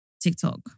TikTok